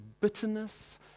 bitterness